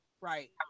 Right